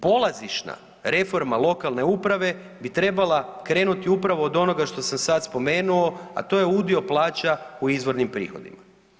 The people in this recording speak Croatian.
Polazišna reforma lokalne uprave bi trebala krenuti upravo od onoga što sam sad spomenuo, a to je udio plaća u izvornim prihodima.